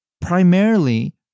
primarily